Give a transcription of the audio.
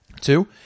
Two